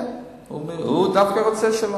כן, הוא דווקא רוצה שלום.